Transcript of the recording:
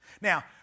Now